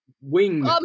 Wing